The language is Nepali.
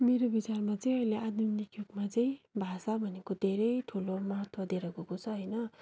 मेरो विचारमा चाहिँ अहिले आधुनिक युगमा चाहिँ भाषा भनेको धेरै ठुलो महत्त्व दिएर गएको छ होइन